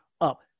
up